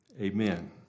Amen